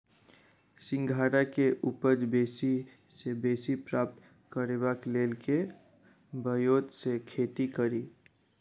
सिंघाड़ा केँ उपज बेसी सऽ बेसी प्राप्त करबाक लेल केँ ब्योंत सऽ खेती कड़ी?